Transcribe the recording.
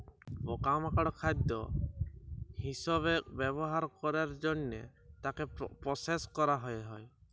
পকা মাকড় খাদ্য হিসবে ব্যবহার ক্যরের জনহে তাকে প্রসেস ক্যরা হ্যয়ে হয়